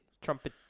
Trumpet